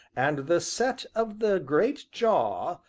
and the set of the great jaw,